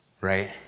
Right